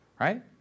right